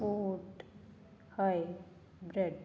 sport hybrid